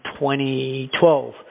2012